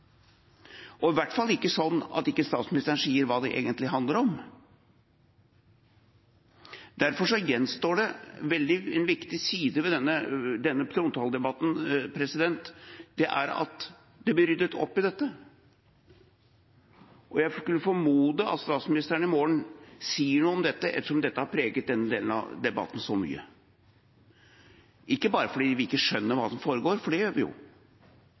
og i hvert fall ikke sånn at ikke statsministeren sier hva det egentlig handler om. Derfor gjenstår det en viktig side ved denne trontaledebatten. Det er at det blir ryddet opp i dette. Jeg får formode at statsministeren i morgen sier noe om dette, ettersom dette har preget denne delen av debatten så mye – ikke bare fordi vi ikke skjønner hva som foregår, for det gjør vi jo,